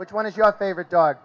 which one is your favorite dog